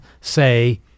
say